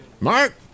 Mark